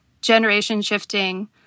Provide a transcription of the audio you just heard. generation-shifting